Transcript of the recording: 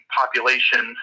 population